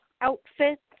outfits